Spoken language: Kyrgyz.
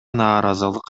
нааразылык